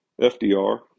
FDR